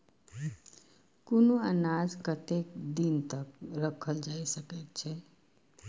कुनू अनाज कतेक दिन तक रखल जाई सकऐत छै?